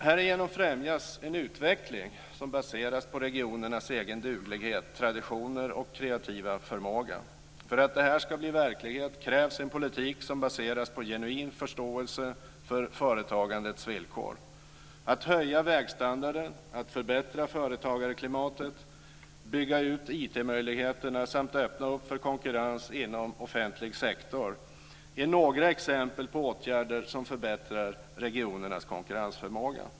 Härigenom främjas en utveckling som baseras på regionernas egen duglighet, traditioner och kreativa förmåga. För att det här ska bli verklighet krävs en politik som baseras på en genuin förståelse för företagandets villkor. Att höja vägstandarden, förbättra företagarklimatet och bygga ut IT-möjligheterna samt öppna för konkurrens inom den offentliga sektorn är några exempel på åtgärder som förbättrar regionernas konkurrensförmåga.